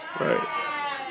Right